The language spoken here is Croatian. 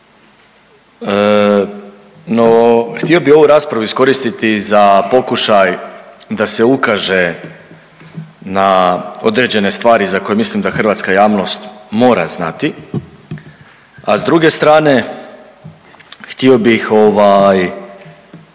htio bih ovu raspravu iskoristiti za pokušaj da se ukaže na određene stvari za koje mislim da hrvatska javnost mora znati, a s druge strane htio bih pohvaliti